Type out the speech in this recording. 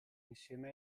insieme